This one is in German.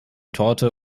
torte